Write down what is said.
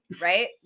right